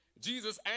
Jesus